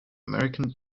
american